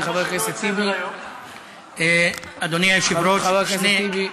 הצעה לסדר-היום מס' 2646. אדוני חבר הכנסת טיבי,